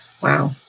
Wow